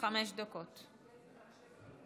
חמש דקות לרשותך.